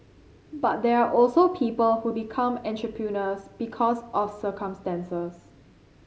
but there are also people who become entrepreneurs because of circumstances